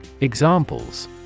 Examples